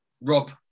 Rob